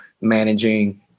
managing